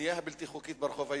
הבנייה הבלתי-חוקית ברחוב היהודי,